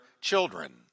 children